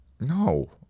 no